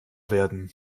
werden